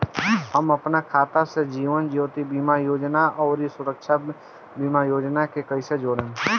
हम अपना खाता से जीवन ज्योति बीमा योजना आउर सुरक्षा बीमा योजना के कैसे जोड़म?